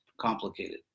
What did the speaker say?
complicated